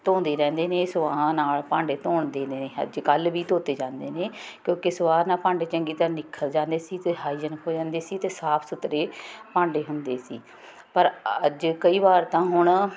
ਧੋਂਦੇ ਰਹਿੰਦੇ ਨੇ ਸਵਾਹਾਂ ਨਾਲ ਭਾਂਡੇ ਧੋਣ ਦੇ ਨੇ ਅੱਜ ਕੱਲ੍ਹ ਵੀ ਧੋਤੇ ਜਾਂਦੇ ਨੇ ਕਿਉਂਕਿ ਸਵਾਹ ਨਾਲ ਭਾਂਡੇ ਚੰਗੀ ਤਰ੍ਹਾਂ ਨਿੱਖਰ ਜਾਂਦੇ ਸੀ ਅਤੇ ਹਾਈਜਨਕ ਹੋ ਜਾਂਦੇ ਸੀ ਅਤੇ ਸਾਫ਼ ਸੁਥਰੇ ਭਾਂਡੇ ਹੁੰਦੇ ਸੀ ਪਰ ਅੱਜ ਕਈ ਵਾਰ ਤਾਂ ਹੁਣ